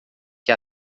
que